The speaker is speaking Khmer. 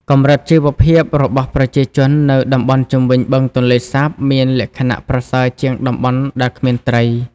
កម្រិតជីវភាព របស់ប្រជាជននៅតំបន់ជុំវិញបឹងទន្លេសាបមានលក្ខណៈប្រសើរជាងតំបន់ដែលគ្មានត្រី។